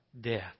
death